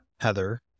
Heather